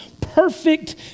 perfect